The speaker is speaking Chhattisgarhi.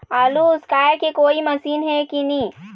आलू उसकाय के कोई मशीन हे कि नी?